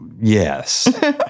yes